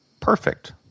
perfect